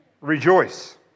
rejoice